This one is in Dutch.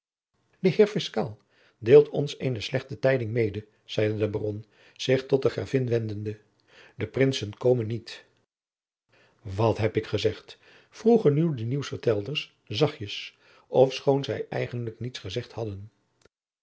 de heer fiscaal deelt ons eene slechte tijding mede zeide de baron zich tot de gravin wendende de prinsen komen niet wat heb ik gezegd vroegen nu de nieuws vertelders zachtjens ofschoon zij eigenlijk niets gezegd hadden